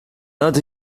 not